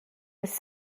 was